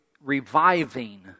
reviving